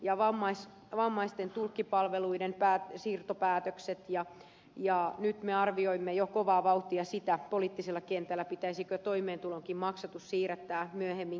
on elatustuen ja vammaisten tulkkipalveluiden siirtopäätökset ja nyt me arvioimme jo kovaa vauhtia sitä poliittisella kentällä pitäisikö toimeentulotuenkin maksatus siirrättää myöhemmin kelalle